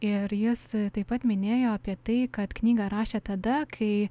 ir jis taip pat minėjo apie tai kad knygą rašė tada kai